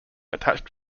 attached